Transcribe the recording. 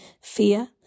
fear